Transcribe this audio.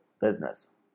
business